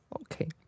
okay